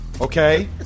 okay